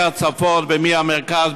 מהצפון ומהמרכז,